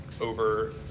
over